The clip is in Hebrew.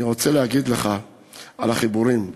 אני רוצה להגיד לך על החיבורים: